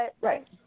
Right